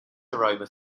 aroma